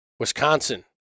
Wisconsin